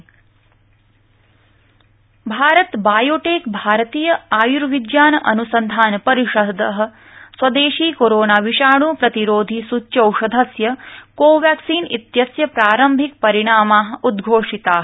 Bharata Biotech Bharat Biotech भारतीय आयुर्विज्ञान अनुसंधान परिषदः स्वदेशी कोरोना विषाणु प्रतिरोधि सृच्यौषधस्य कोवैक्सीन इत्यस्य प्रारम्भिक परिणामाः उदघोषिताः